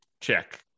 check